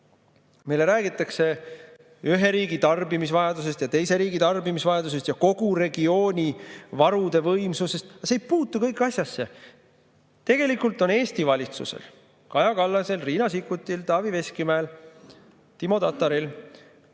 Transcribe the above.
meile räägitakse ühe riigi tarbimisvajadusest ja teise riigi tarbimisvajadusest ja kogu regiooni varude võimsusest – aga see kõik ei puutu üldse asjasse. Tegelikult on Eesti valitsusel, Kaja Kallasel, Riina Sikkutil, Taavi Veskimäel, Timo Tataril